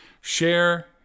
share